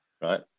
right